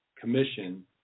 commission